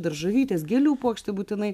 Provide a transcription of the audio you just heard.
daržovytės gėlių puokštė būtinai